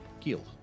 kill